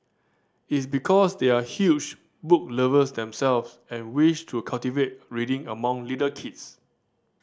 it's because they are huge book lovers themselves and wish to cultivate reading among little kids